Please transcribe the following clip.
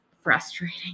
frustrating